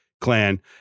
clan